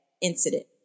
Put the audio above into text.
incident